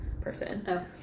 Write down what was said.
person